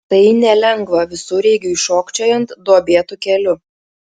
tai nelengva visureigiui šokčiojant duobėtu keliu